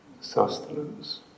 sustenance